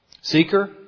Seeker